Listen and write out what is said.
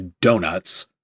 donuts